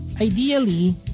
ideally